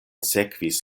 sekvis